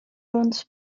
runs